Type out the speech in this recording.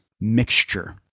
mixture